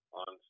on